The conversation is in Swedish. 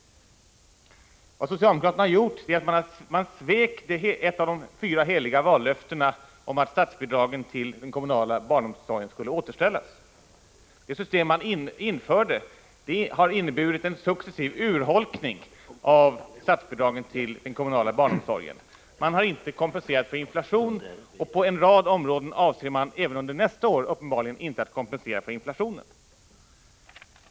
Vad socialdemokraterna har gjort är att man svikit ett av de fyra heliga vallöftena från 1982, det om att statsbidragen till den kommunala barnomsorgen skall återställas. Det system som införts har inneburit en successiv urholkning av statsbidragen till den kommunala barnomsorgen. Man har inte kompenserat för inflationen, och på en rad områden avser man även under nästa år uppenbarligen inte att kompensera för inflationen.